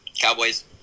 Cowboys